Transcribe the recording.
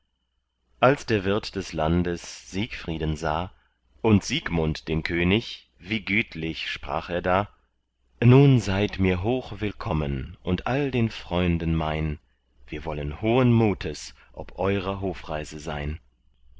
als der wirt des landes siegfrieden sah und siegmund den könig wie gütlich sprach er da nun seid mir hoch willkommen und all den freunden mein wir wollen hohen mutes ob eurer hofreise sein